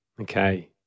Okay